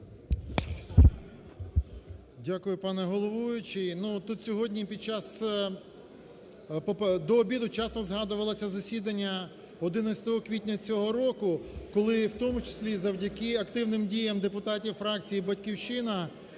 Дякую, пане головуючий.